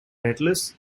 atlas